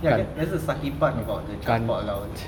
ya that's the sucky part about transport allowance